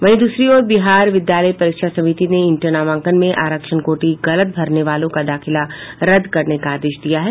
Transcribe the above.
वहीं दूसरी ओर बिहार विद्यालय परीक्षा समिति ने इंटर नामांकन में आरक्षण कोटी गलत भरने वालों का दाखिला रद्द करने का आदेश दिया है